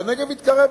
הנגב התקרב מאוד.